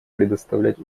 предоставлять